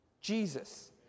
Jesus